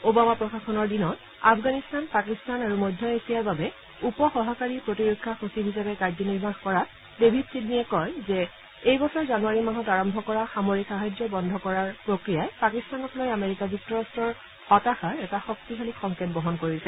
Obama প্ৰশাসনৰ দিনত আফগানিস্তান পাকিস্তান আৰু মধ্য এছিয়াৰ বাবে উপ সহকাৰী প্ৰতিৰক্ষা সচিব হিচাপে কাৰ্যনিৰ্বাহ কৰা ডেভিড ছিডনীয়ে কয় যে এই বছৰ জানুৱাৰী মাহত আৰম্ভ কৰা সামৰিক সাহায্য বন্ধ কৰাৰ প্ৰক্ৰিয়াই পাকিস্তানক লৈ আমেৰিকা যুক্তৰট্টৰ হতাশাৰ এটা শক্তিশালী সংকেত বহন কৰিছে